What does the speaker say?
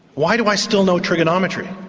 why do i still know trigonometry?